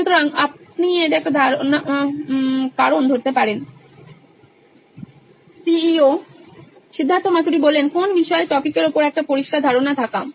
সুতরাং আপনি এটা একটা কারণ ধরতে পারেন Siddharth Maturi C E O নোইন ইলেকট্রনিক্স কোন বিষয়ের টপিকের ওপর একটা পরিস্কার ধারনা থাকা